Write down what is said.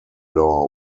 law